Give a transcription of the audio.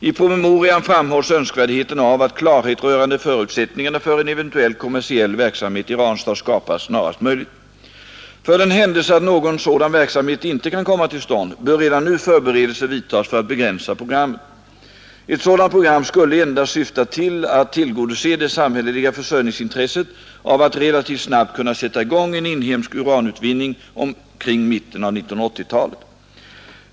I promemorian framhålls önskvärdheten av att klarhet rörande förutsättningarna för en eventuell kommersiell verksamhet i Ranstad skapas snarast möjligt. För den händelse att någon sådan verksamhet inte kan komma till stånd bör redan nu förberedelser vidtas för ett begränsat program. Ett sådant program skulle endast syfta till att tillgodose det samhälleliga försörjningsintresset av att relativt snabbt kunna sätta i gång en inhemsk uranutvinning omkring mitten av 1980-talet.